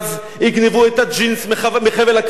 יגנבו את הג'ינס מחבל הכביסה.